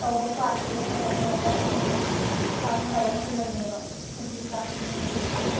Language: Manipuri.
ꯇꯧꯕ ꯀ꯭ꯂꯥꯁꯇꯨꯅ ꯍꯦꯟꯅ ꯑꯩꯉꯣꯟꯗ ꯍꯦꯟꯅ ꯍꯛꯆꯥꯡ ꯐꯥꯕ ꯍꯦꯜꯍꯜꯂꯦꯕ ꯑꯗꯨꯒꯤ ꯀ꯭ꯂꯥꯁꯇꯨꯅ ꯍꯦꯟꯅ